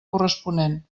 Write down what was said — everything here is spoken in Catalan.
corresponent